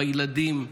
בילדים,